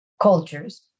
cultures